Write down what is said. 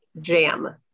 jam